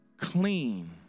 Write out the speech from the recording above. clean